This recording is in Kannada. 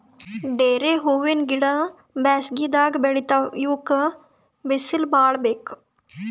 ಡೇರೆ ಹೂವಿನ ಗಿಡ ಬ್ಯಾಸಗಿದಾಗ್ ಬೆಳಿತಾವ್ ಇವಕ್ಕ್ ಬಿಸಿಲ್ ಭಾಳ್ ಬೇಕ್